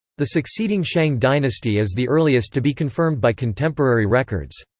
the succeeding shang dynasty is the earliest to be confirmed by contemporary records.